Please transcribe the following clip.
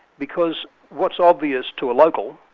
because what's obvious to a local,